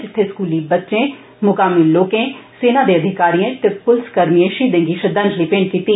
जित्थे स्कूली बच्चे मकामी लोकें सेना दे अधिकारिएं ते पुलसकर्मिएं षहीदें गी श्रद्वांजलि भेंट कीती